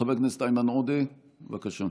חבר הכנסת איימן עודה, בבקשה.